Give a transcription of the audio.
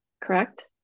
correct